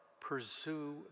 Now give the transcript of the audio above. pursue